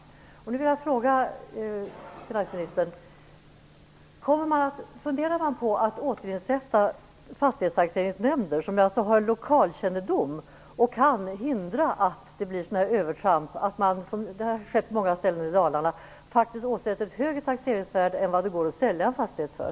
som har skett på många ställen i Dalarna - dvs. att det åsätts högre taxeringsvärde än vad det går att sälja en fastighet för?